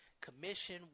Commission